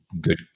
good